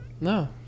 No